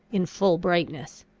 in full brightness.